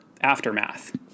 aftermath